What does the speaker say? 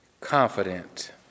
confident